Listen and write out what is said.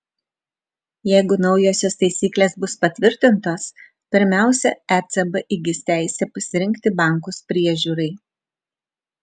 jeigu naujosios taisyklės bus patvirtintos pirmiausia ecb įgis teisę pasirinkti bankus priežiūrai